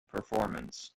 performance